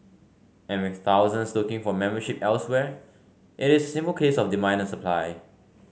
and with thousands looking for membership elsewhere it is a simple case of demand and supply